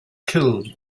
killed